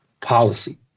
Policy